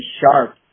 sharp